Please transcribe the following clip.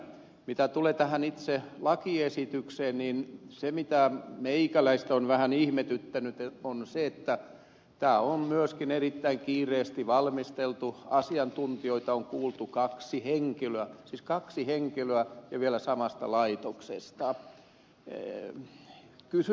mitä tulee tähän itse lakiesitykseen niin se mikä meikäläistä on vähän ihmetyttänyt on se että tämä on myöskin erittäin kiireesti valmisteltu asiantuntijoina on kuultu kaksi henkilöä siis kaksi henkilöä ja vielä samasta laitoksesta